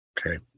Okay